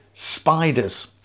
Spiders